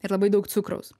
ir labai daug cukraus